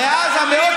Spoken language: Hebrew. אתה לא עונה על השאלה.